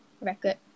record